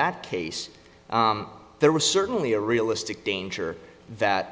that case there was certainly a realistic danger that